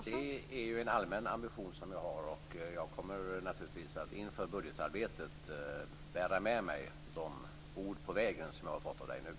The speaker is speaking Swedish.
Fru talman! Det är ju en allmän ambition som jag har, och jag kommer inför budgetarbetet naturligtvis att bära med mig de ord på vägen som jag nu har fått.